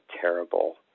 terrible